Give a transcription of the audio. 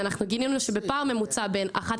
ואנחנו גילינו שבפער ממוצע בין 11